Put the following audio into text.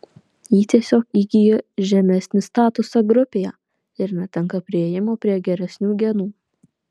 ji tiesiog įgyja žemesnį statusą grupėje ir netenka priėjimo prie geresnių genų